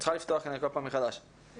פותח את ישיבת ועדת החינוך, התרבות והספורט.